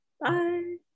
Bye